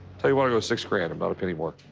tell you what, i'll go six grand, not a penny more.